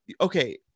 okay